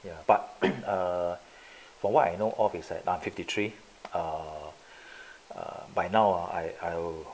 ya but uh from what I know of is that I'm fifty three err err by now I I'll